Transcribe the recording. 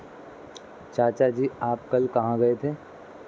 चाचा जी आप कल कहां गए थे?